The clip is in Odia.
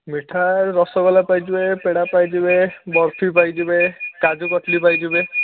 ମିଠା ରସଗୋଲା ପାଇଯିବେ ପେଡ଼ା ପାଇଯିବେ ବରଫି ପାଇଯିବେ କାଜୁ କତଲି ପାଇଯିବେ